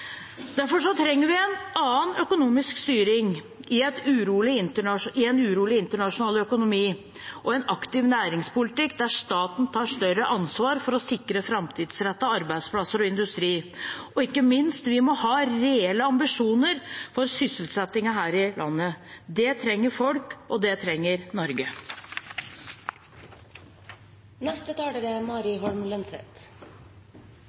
Derfor trenger vi en annen økonomisk styring i en urolig internasjonal økonomi – og en aktiv næringspolitikk der staten tar større ansvar for å sikre framtidsrettede arbeidsplasser og industri. Ikke minst må vi ha reelle ambisjoner for sysselsettingen her i landet. Det trenger folk, og det trenger Norge. Det er